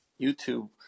YouTube